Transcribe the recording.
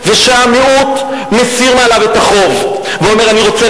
וכשהמיעוט מסיר מעליו את החובה ואומר: אני רוצה